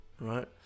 right